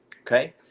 Okay